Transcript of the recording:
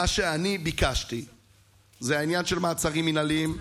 מה שאני ביקשתי זה העניין של מעצרים מינהליים.